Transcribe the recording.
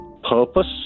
purpose